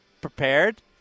prepared